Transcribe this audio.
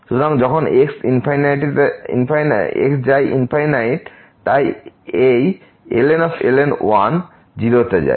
সুতরাং যখন x যায় তাই এই 1 ln 1 0 তে যায়